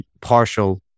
partial